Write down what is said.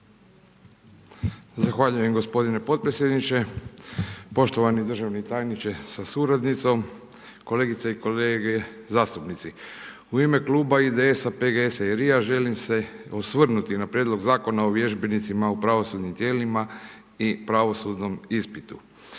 Zahvaljujem gospodine potpredsjedniče. Poštovani državni tajniče sa suradnicom, kolegice i kolege zastupnici. U ime kluba IDS-a, PGS-a i RI-ja želim se osvrnuti na prijedlog Zakona o vježbenicima u pravosudnim tijelima i pravosudnom ispitu.